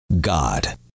God